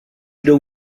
jdou